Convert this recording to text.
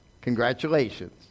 congratulations